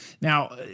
Now